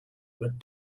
but